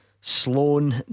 Sloan